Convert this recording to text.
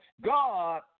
God